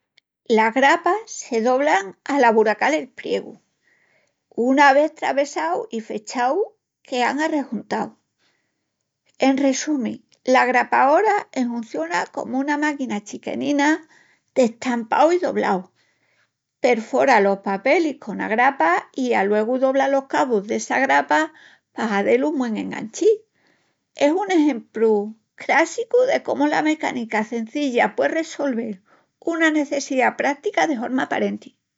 Las grapas se doblan al aburacal el priegu, i una vés travessau i fechau, quean arrejuntaus. En resumi, la grapaora enhunciona comu una máquina chiquenina d'estampau i doblau: perfora los papelis cona grapa i aluegu dobla los cabus d'essa grapa pa hazel un güen enganchi. Es un exempru crássicu de comu la mecánica cenzilla pue ressolvel una necessiá prática de horma aparenti.